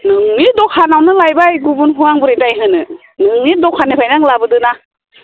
नोंनि दखानावनो लायबाय गुबुनखौ आं बोरै दाय होनो नोंनि दखाननिफ्रायनो आं लाबोदो ना